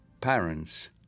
parents